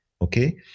Okay